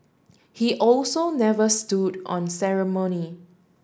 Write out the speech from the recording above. he also never stood on ceremony